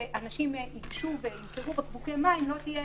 ואנשים ייגשו וימכרו בקבוקי מים, לא תהיה